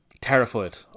Terrified